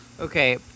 Okay